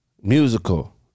Musical